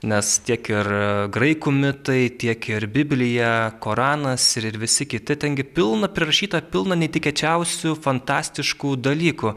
nes tiek ir graikų mitai tiek ir biblija koranas ir ir visi kiti ten gi pilna prirašyta pilna netikėčiausių fantastiškų dalykų